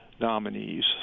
Nominees